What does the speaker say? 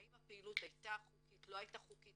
האם הפעילות הייתה חוקית או לא הייתה חוקית,